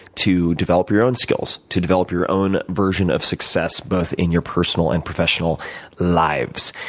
to develop your own skills, to develop your own version of success, both in your personal and professional lives.